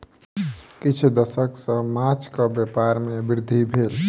किछ दशक सॅ माँछक व्यापार में वृद्धि भेल